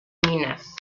minas